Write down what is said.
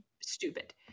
stupid